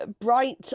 bright